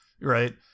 right